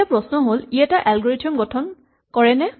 এতিয়া প্ৰশ্ন হ'ল ই এটা এলগৰিথম গঠন কৰেনে